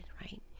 right